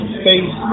space